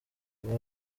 bantu